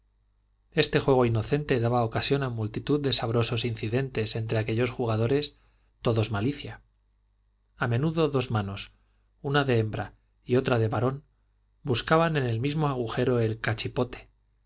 este juego inocente daba ocasión a multitud de sabrosos incidentes entre aquellos jugadores todos malicia a menudo dos manos una de hembra y otra de varón buscaban en el mismo agujero el cachipote